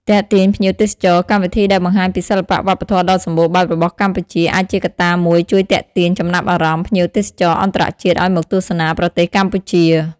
ទាក់ទាញភ្ញៀវទេសចរ កម្មវិធីដែលបង្ហាញពីសិល្បៈវប្បធម៌ដ៏សម្បូរបែបរបស់កម្ពុជា អាចជាកត្តាមួយជួយទាក់ទាញចំណាប់អារម្មណ៍ភ្ញៀវទេសចរអន្តរជាតិឱ្យមកទស្សនាប្រទេសកម្ពុជា។